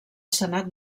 senat